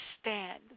stand